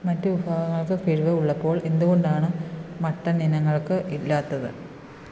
മറ്റ് വിഭാഗങ്ങൾക്ക് കിഴിവ് ഉള്ളപ്പോൾ എന്തുകൊണ്ടാണ് മട്ടൻ ഇനങ്ങൾക്ക് ഇല്ലാത്തത്